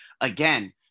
again